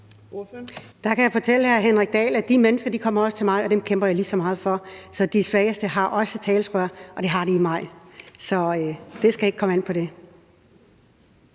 Der kan jeg fortælle hr. Henrik Dahl, at de mennesker også kommer til mig, og dem kæmper jeg lige så meget for. Så de svageste har også et talerør. Det har de i mig. Så det skal ikke komme an på det.